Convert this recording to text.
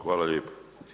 Hvala lijepo.